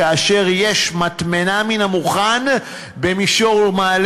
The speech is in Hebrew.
כאשר יש מטמנה מן המוכן במישור-אדומים?